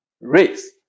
race